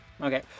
Okay